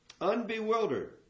unbewildered